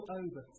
over